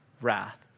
wrath